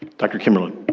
dr. kimberlin.